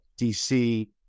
DC